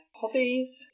hobbies